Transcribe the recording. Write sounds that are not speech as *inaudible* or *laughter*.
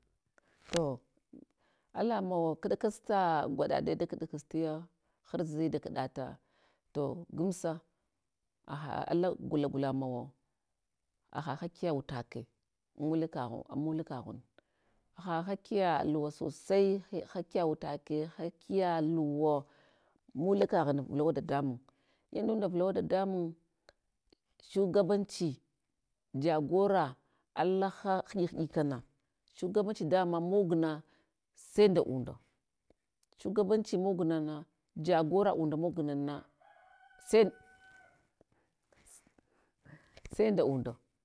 To alamawo kɗakasta gwaɗaɗiyo dakɗkas tayo, harzi da kɗafa, to gamsa haha ala gula gula mawa, haha hakiya utake, muleka gha, an mulekanghum, haha hakiya luwa sosai, hakiya utake, hakiya luwa, muleka ghun vulawa dadamun. Inunda vulawa dadamun, shugabanchi, jagora, alaha hiɗik hiɗikana, shugabanchi dama mog na sai nda unda, shugabanchi mog nana jagora unda mognana sai *hesitation* nda unda to.